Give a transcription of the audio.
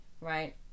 right